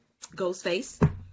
ghostface